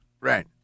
Right